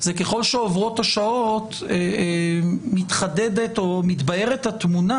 זה שככל שעוברות השעות מתחדדת או מתבהרת התמונה